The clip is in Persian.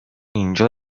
اینجا